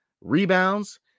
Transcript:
rebounds